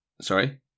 Sorry